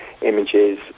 images